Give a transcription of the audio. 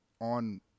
on